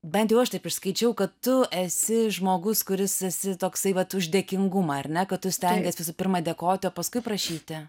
bent jau aš taip išskaičiau kad tu esi žmogus kuris esi toksai vat už dėkingumą ar ne kad tu stengies visų pirma dėkoti o paskui prašyti